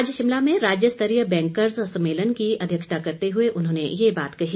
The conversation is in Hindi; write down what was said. आज शिमला में राज्य स्तरीय बैंकर्ज सम्मेलन की अध्यक्षता करते हुए उन्होंने ये बात कही